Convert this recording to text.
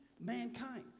mankind